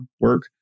work